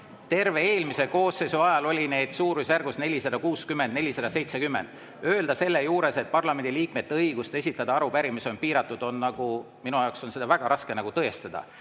Terve eelmise koosseisu ajal oli neid suurusjärgus 460–470. Öelda selle juures, et parlamendiliikmete õigust esitada arupärimisi on piiratud – minu jaoks on seda väga raske tõestada.